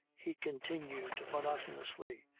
he continued monotonously,